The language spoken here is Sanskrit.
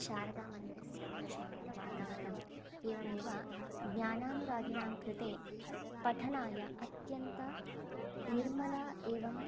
शारदामन्दिरस्य प्रशान्तवातावरणम् एवमेव ज्ञानानुरागिणाङ्कृते पठनाय अत्यन्तं निर्मलम् एवं